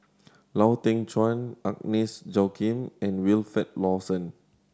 Lau Teng Chuan Agnes Joaquim and Wilfed Lawson